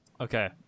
okay